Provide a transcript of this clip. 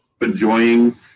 enjoying